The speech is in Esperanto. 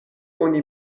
oni